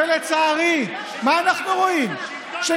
אנחנו שומרים על החוק.